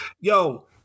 Yo